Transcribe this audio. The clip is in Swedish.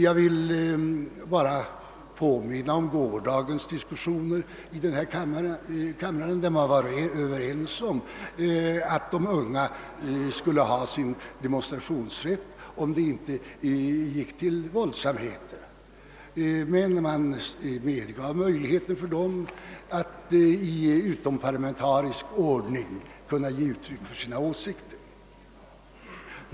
Jag vill bara påminna om gårdagens diskussioner i kamrarna, där det rådde enighet om att de unga skulle ha sin demonstrationsrätt, om det inte gick till våldsamheter. Man medgav alltså möjligheter för ungdomarna att i utomparlamentarisk ordning kunna ge uttryck för sina åsikter.